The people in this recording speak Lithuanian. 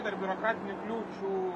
dar biurokratinių kliūčių